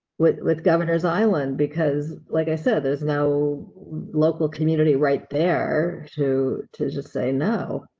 with with governor's island, because, like i said, there's now local community right there to, to just say, no.